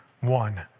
one